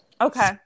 okay